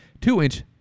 Two-inch